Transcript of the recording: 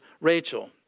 Rachel